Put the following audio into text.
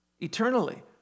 eternally